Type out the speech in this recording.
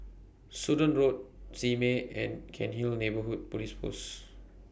Sudan Road Simei and Cairnhill Neighbourhood Police Post